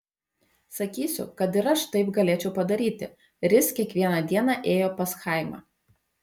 sakysiu kad ir aš taip galėčiau padaryti ris kiekvieną dieną ėjo pas chaimą